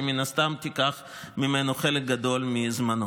שמן הסתם תיקח ממנו חלק גדול מזמנו.